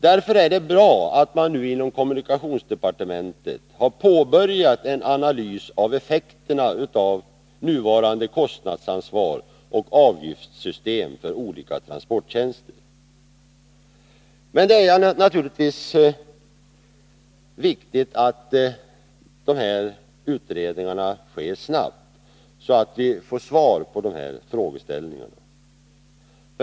Därför är det bra att man nu inom kommunikationsdepartementet har påbörjat en analys av effekterna av nuvarande kostnadsansvar och avgiftssystem för olika transporttjänster. Men det är naturligtvis också viktigt att utredningarna sker snabbt, så att vi får svar på frågorna.